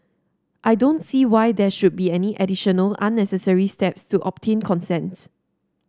I don't see why there should be any additional unnecessary steps to obtain consent